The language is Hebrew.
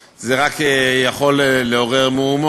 אני הרי בטוח שאם אני ארחיב זה רק יכול לעורר מהומות,